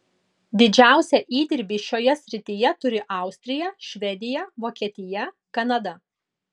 didžiausią įdirbį šioje srityje turi austrija švedija vokietija kanada